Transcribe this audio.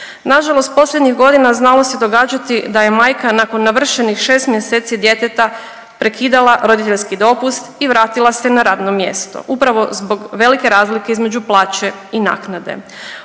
Nažalost posljednjih godina znalo se događati da je majka nakon navršenih 6 mjeseci djeteta prekidala roditeljski dopust i vratila se na radno mjesto upravo zbog velike razlike između plaće i naknade.